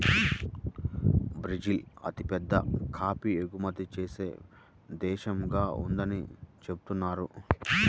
Brazil అతిపెద్ద coffee ఎగుమతి చేసే దేశంగా ఉందని చెబుతున్నారు